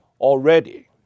already